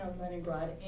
Leningrad